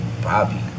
Bobby